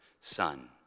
son